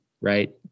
right